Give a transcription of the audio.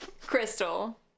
Crystal